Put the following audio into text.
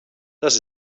das